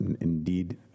indeed